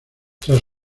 tras